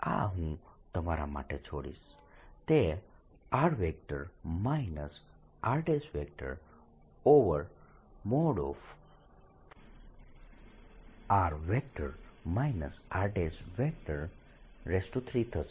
આ હું તમારા માટે છોડીશ તે r rr r3 થશે